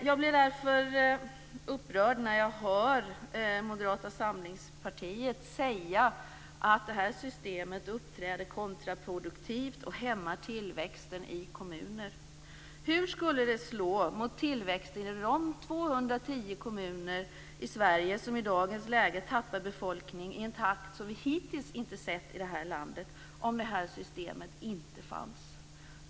Jag blir därför upprörd när man i Moderata samlingspartiet säger att det här systemet uppträder kontraproduktivt och hämmar tillväxten i kommuner. Hur skulle det slå mot tillväxten i de 210 kommuner i Sverige som i dagens läge tappar befolkning i en takt som vi hittills inte sett i det här landet om det här systemet inte fanns.